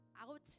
out